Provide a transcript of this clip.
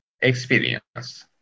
experience